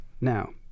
Now